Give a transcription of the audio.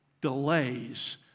delays